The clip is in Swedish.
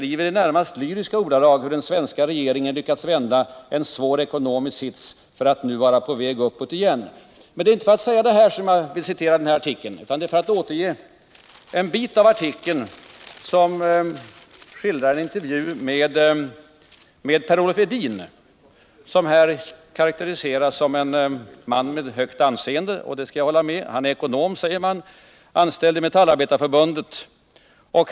I nästan lyriska ordalag beskrivs hur den svenska regeringen lyckats vända en svår ekonomisk sits, så att man nu är på väg uppåt igen. Det är inte för att framhålla detta som jag citerar artikeln, utan för att återge en bit av den som innehåller en intervju med Per-Olof Edin, som karakteriseras som en man med högt anseende, och det håller jag med om. Per-Olof Edin är ekonom, säger man, och anställd inom Metallarbetareförbundet.